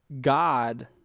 God